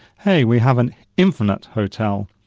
hey, we have an infinite hotel,